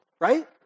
right